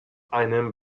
einem